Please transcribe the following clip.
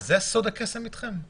זה סוד הקסם אתכם?